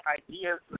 ideas